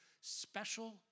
special